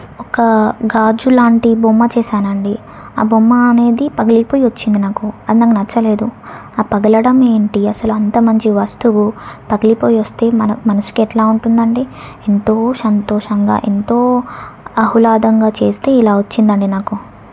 ఒక గాజులాంటి బొమ్మ చేసాను అండి ఆ బొమ్మ అనేది పగిలిపోయి వచ్చింది నాకు అది నాకు నచ్చలేదు ఆ పగలడం ఏంటి అసలు అంత మంచి వస్తువు పగిలిపోయిస్తే మన మనస్సుకు ఎట్లా ఉంటుంది అండి ఎంతో సంతోషంగా ఎంతో ఆహ్లాదంగా చేస్తే ఇలా వచ్చింది అండి నాకు